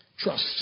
trust